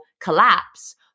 collapse